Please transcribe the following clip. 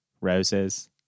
Roses